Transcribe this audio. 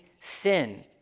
sin